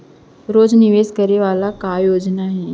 रोज निवेश करे वाला का योजना हे?